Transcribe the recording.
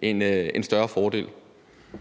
en større fordel?